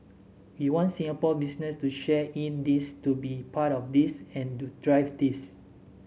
we want Singapore business to share in this to be part of this and to drive this